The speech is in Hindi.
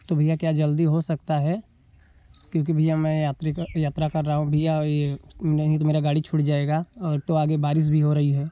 तो भैया क्या जल्दी हो सकता है क्योंकि भैया मैं यात्री का यात्रा कर रहा हूँ भैया यह नहीं तो मेरा गाड़ी छूट जाएगा और तो आगे बारिश भी हो रही है